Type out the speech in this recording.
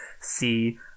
see